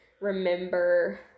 remember